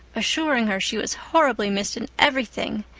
assuring her she was horribly missed in everything,